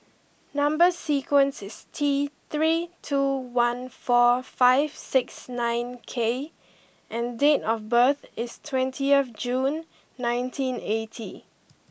number sequence is T three two one four five six nine K and date of birth is twentieth June nineteen eighty